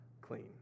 clean